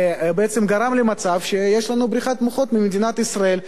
ובעצם גרם למצב שיש לנו בריחת מוחות גדולה ממדינת ישראל,